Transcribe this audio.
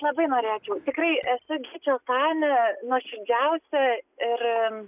labai norėčiau tikrai esu gyčio fanė nuoširdžiausia ir